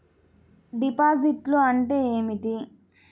డిపాజిట్లు అంటే ఏమిటి?